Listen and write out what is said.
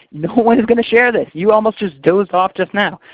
no one is going to share this! you almost just dozed off just now.